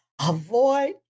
avoid